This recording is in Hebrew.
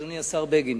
אדוני השר בגין,